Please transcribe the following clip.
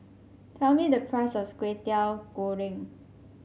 tell me the price of Kwetiau Goreng